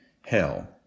hell